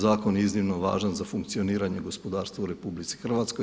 Zakon je iznimno važan za funkcioniranje gospodarstva u RH.